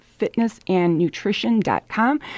fitnessandnutrition.com